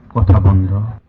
workable and